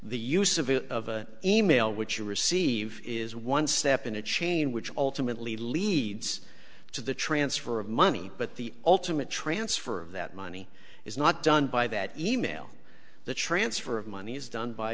the use of it of an e mail which you receive is one step in a chain which ultimately leads to the transfer of money but the ultimate transfer of that money is not done by that e mail the transfer of money is done by